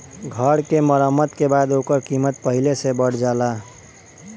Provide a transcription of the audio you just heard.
घर के मरम्मत के बाद ओकर कीमत पहिले से बढ़ जाला